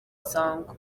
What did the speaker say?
sango